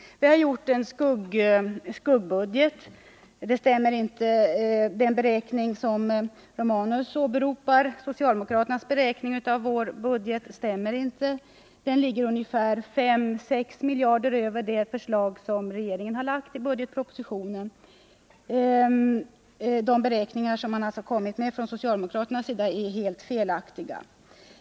Vi har gjort en skuggbudget. Socialdemokraternas beräkning av vår budget, som Gabriel Romanus åberopar, stämmer inte. Vår budget ligger 5-6 miljarder över det förslag som regeringen lagt fram i budgetpropositionen. De beräkningar som man kommit med från socialdemokraternas sida är alltså helt felaktiga.